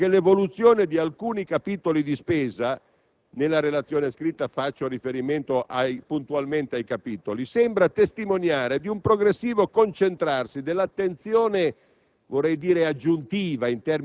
Va tuttavia segnalato che l'evoluzione di alcuni capitoli di spesa (nella relazione scritta faccio puntualmente riferimento ai capitoli) sembra testimoniare di un progressivo concentrarsi dell'attenzione